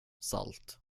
salt